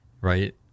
right